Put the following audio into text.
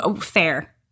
fair